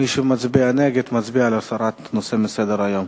מי שמצביע נגד, מצביע להסרת הנושא מסדר-היום.